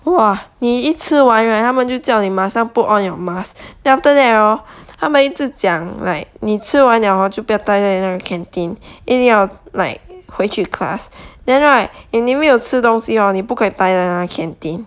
!wah! 你一吃完 right 他们就叫你马上 put on your mask then after that hor 他们一直讲你吃完了 hor 就不要呆在那个 canteen 硬要 like 回去 class then right if 你没有吃东西 hor 你不可以呆在那个 canteen